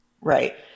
Right